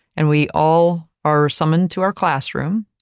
and we all are summoned to our classroom.